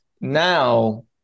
now